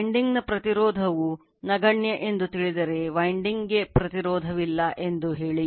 Winding ನ ಪ್ರತಿರೋಧವು ನಗಣ್ಯ ಎಂದು ತಿಳಿದರೆ windling ಗೆ ಪ್ರತಿರೋಧವಿಲ್ಲ ಎಂದು ಹೇಳಿ